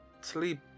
sleep